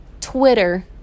Twitter